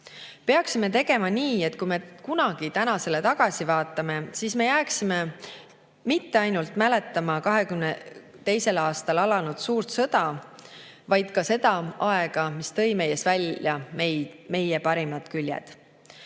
peaksime tegema nii, et kui me kunagi tänasele tagasi vaatame, siis me jääksime mitte ainult mäletama 2022. aastal alanud suurt sõda, vaid ka seda aega, mis tõi meis välja meie parimad küljed.